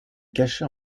cacha